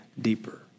deeper